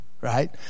right